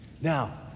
Now